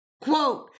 quote